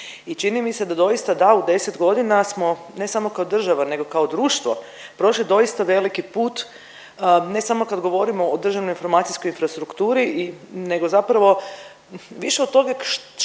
i čini mi se da doista da, u 10 godina smo ne samo kao država nego kao društvo prošli doista veliki put ne samo kad govorimo o državnoj informacijskoj infrastrukturi i nego zapravo više o tome što